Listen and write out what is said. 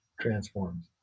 transforms